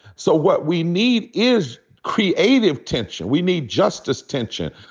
so what we need is creative tension. we need justice tension.